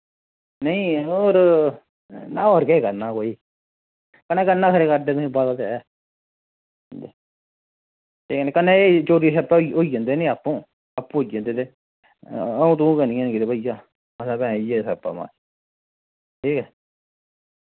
नेईं और ना और केह् करना कोई कन्नै नखरे करदे तुसें पता ते ऐ ते कन्नै एह् चोरी छप्पै होई औंदे नी आप्पू आप्पू होई औंदे ते आऊं तूं ते नी हैन गेदे भाइया असैं पै इ'य्यै स्याप्पा माय ठीक ऐ